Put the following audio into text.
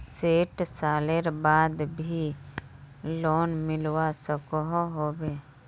सैट सालेर बाद भी लोन मिलवा सकोहो होबे?